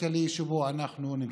הכלכלי שבו אנחנו נמצאים.